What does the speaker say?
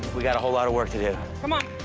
we've got a whole lot of work to do. come on.